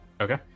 Okay